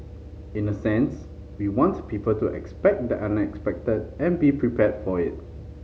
in a sense we want people to expect the unexpected and be prepared for it